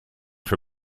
for